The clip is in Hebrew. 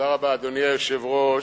אדוני היושב-ראש,